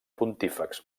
pontífex